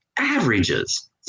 averages